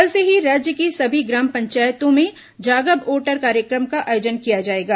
कल से ही राज्य की सभी ग्राम पंचायतों में जागब वोटर कार्यक्रम का आयोजन किया जाएगा